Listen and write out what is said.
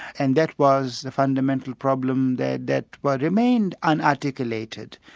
and that was the fundamental problem that that but remained unarticulated.